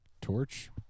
torch